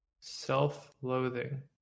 Self-loathing